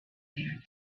there